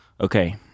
Okay